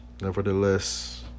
Nevertheless